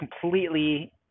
completely